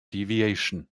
deviation